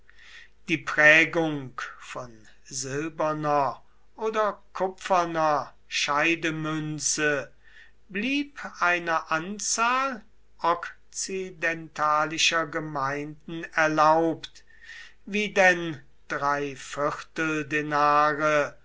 die prägung von silberner oder kupferner scheidemünze blieb einer anzahl okzidentalischer gemeinden erlaubt wie denn